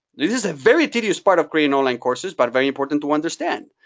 this is a very tedious part of creating online courses, but very important to understand.